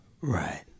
Right